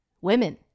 women